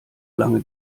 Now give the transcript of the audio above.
lange